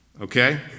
Okay